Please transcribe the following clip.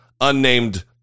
unnamed